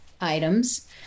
items